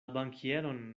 bankieron